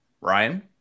Ryan